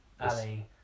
Ali